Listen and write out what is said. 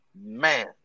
Man